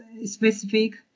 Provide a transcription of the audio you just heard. specific